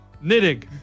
knitting